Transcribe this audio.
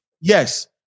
Yes